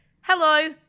hello